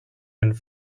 and